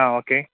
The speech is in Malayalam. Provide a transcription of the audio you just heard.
ആ ഓക്കേ